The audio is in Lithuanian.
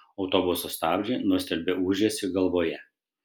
autobuso stabdžiai nustelbė ūžesį galvoje